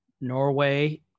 Norway